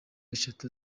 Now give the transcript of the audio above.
eshatu